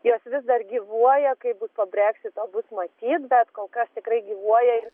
jos vis dar gyvuoja kaip bus po breksito bus matyt bet kol kas tikrai gyvuoja ir